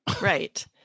right